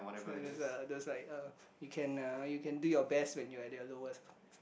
so there's a there's like uh you can uh you can do your best when you are at your lowest